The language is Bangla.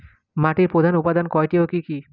মাটির প্রধান উপাদান কয়টি ও কি কি?